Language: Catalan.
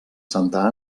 santa